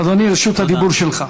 אדוני, רשות הדיבור שלך.